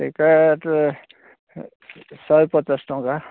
ଏଇଟା ଟା ଶହେ ପଚାଶ ଟଙ୍କା